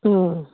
ꯑꯪ